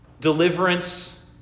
Deliverance